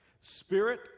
Spirit